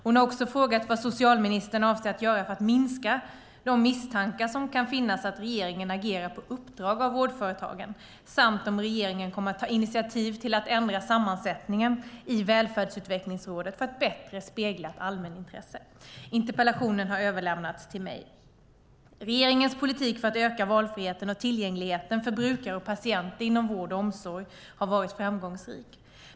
Hon har också frågat vad socialministern avser att göra för att minska de misstankar som kan finnas att regeringen agerar på uppdrag av vårdföretagen samt om regeringen kommer att ta initiativ till att ändra sammansättningen i Välfärdsutvecklingsrådet för att bättre spegla ett allmänintresse. Interpellationen har överlämnats till mig. Regeringens politik för att öka valfriheten och tillgängligheten för brukare och patienter inom vård och omsorg har varit framgångsrik.